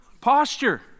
posture